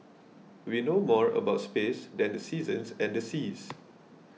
we know more about space than the seasons and seas